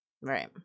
Right